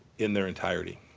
in their entirety.